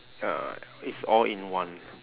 ya it's all in one